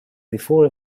before